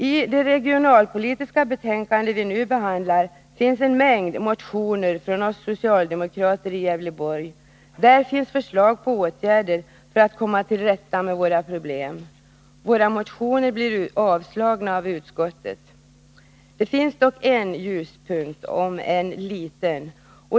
I det regionalpolitiska betänkande vi nu debatterar behandlas en mängd motioner från oss socialdemokrater i Gävleborg. Där finns förslag på åtgärder för att vi skall komma till rätta med våra problem. Våra motioner blir dock avstyrkta av utskottet. Det finns dock en ljuspunkt — om än liten.